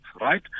right